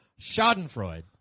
Schadenfreude